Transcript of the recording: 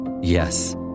Yes